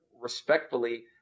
respectfully